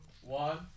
one